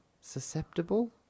Susceptible